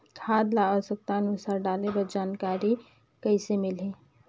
खाद ल आवश्यकता अनुसार डाले बर जानकारी कइसे मिलही?